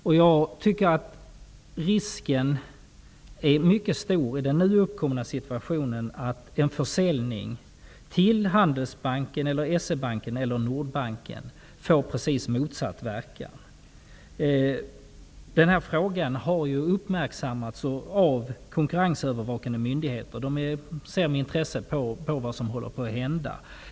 I den nu uppkomna situationen är risken mycket stor att en försäljning till Handelsbanken, S-E-Banken eller Nordbanken får precis motsatt verkan. Denna fråga har uppmärksammats av konkurrensövervakande myndigheter. De ser med intresse på vad som håller på att hända.